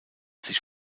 sich